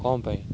କ'ଣ ପାଇଁ